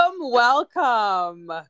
welcome